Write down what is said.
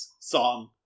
song